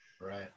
Right